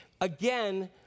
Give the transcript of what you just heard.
again